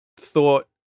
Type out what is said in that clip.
thought